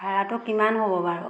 ভাড়াটো কিমান হ'ব বাৰু